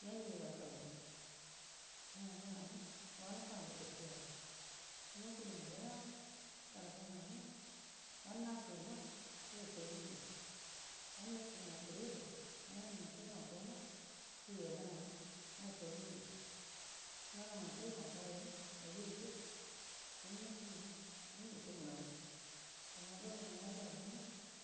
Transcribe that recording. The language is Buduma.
Yani ilalamunau na yadənama wanə kangu gutuyaga gumnati nigeria ma talaka ngauma wanu nashu nga yakallija wanu nashumunau kəridu nanamunau taimako nga wi yedənama nakallija nanakunau taimakoya ima abiru jau gumnati ima yani ishumunau du damma gabomunau maji alli nga